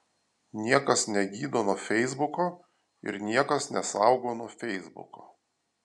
niekas negydo nuo feisbuko ir niekas nesaugo nuo feisbuko